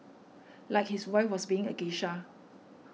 like his wife was being a geisha